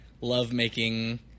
lovemaking